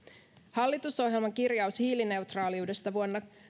hallitusohjelman kirjaus hiilineutraaliudesta vuonna